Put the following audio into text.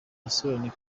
yasobanuye